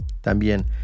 También